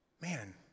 man